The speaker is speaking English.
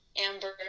Amber